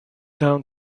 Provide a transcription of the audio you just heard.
down